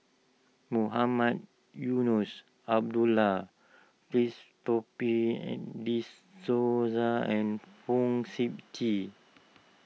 Mohamed Eunos Abdullah Christopher and De Souza and Fong Sip Chee